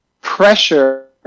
pressure